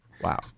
Wow